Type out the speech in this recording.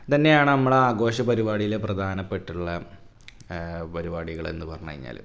ഇതു തന്നെയാണ് നമ്മളെ ആഘോഷ പാരിപാടിയിലെ പ്രധാനപ്പെട്ടുള്ള പരിപാടികളെന്നു പറഞ്ഞു കഴിഞ്ഞാൽ